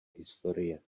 historie